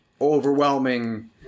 overwhelming